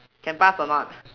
can pass or not